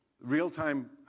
real-time